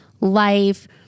life